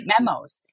memos